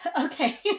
Okay